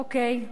אוקיי.